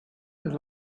and